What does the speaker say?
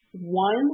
one